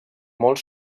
molt